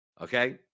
Okay